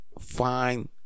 Fine